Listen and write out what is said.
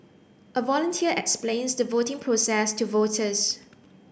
a volunteer explains the voting process to voters